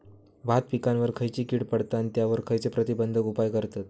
भात पिकांवर खैयची कीड पडता आणि त्यावर खैयचे प्रतिबंधक उपाय करतत?